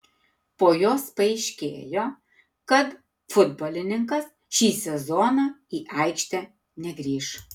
po jos paaiškėjo kad futbolininkas šį sezoną į aikštę negrįš